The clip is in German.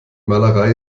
malerei